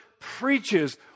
preaches